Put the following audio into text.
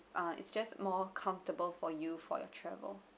uh it's just more comfortable for you for your travel